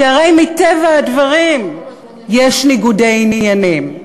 כי הרי מטבע הדברים יש ניגודי עניינים,